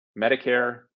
Medicare